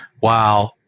Wow